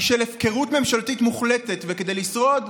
היא של הפקרות ממשלתית מוחלטת וכדי לשרוד,